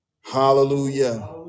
Hallelujah